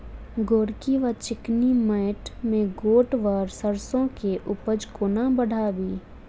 गोरकी वा चिकनी मैंट मे गोट वा सैरसो केँ उपज कोना बढ़ाबी?